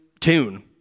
tune